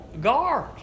guard